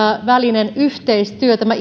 välinen yhteistyö tämä